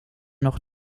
noch